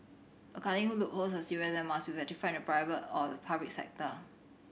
accounting loopholes are serious and must be rectified in the private or public sector